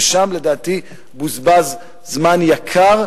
ושם לדעתי בוזבז זמן יקר,